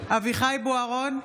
אביחי אברהם בוארון,